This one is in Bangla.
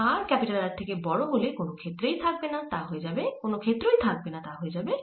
r R এর থেকে বড় হলে কোন ক্ষেত্রই থাকবেনা তা হয়ে যাবে 0